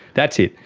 that's it.